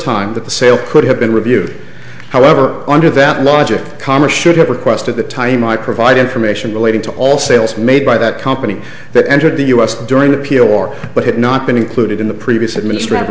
time that the sale could have been reviewed however under that logic congress should have requested the time i provide information relating to all sales made by that company that entered the us during appeal or but had not been included in the previous administration